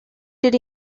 did